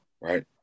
Right